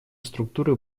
структуры